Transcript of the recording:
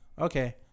okay